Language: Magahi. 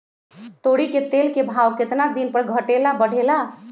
तोरी के तेल के भाव केतना दिन पर घटे ला बढ़े ला?